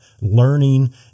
learning